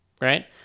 right